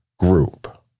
group